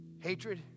Hatred